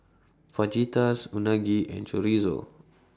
Fajitas Unagi and Chorizo